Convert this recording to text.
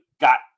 got